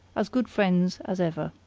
as good friends as ever.